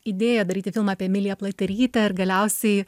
idėja daryti filmą apie emiliją pliaterytę ir galiausiai